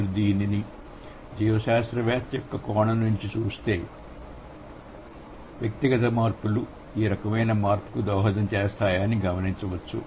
మీరు దానిని జీవశాస్త్రవేత్త యొక్క కోణం నుండి చూస్తే వ్యక్తిగత మార్పులు ఈ రకమైన మార్పుకు దోహదం చేస్తాయి అని గమనించవచ్చు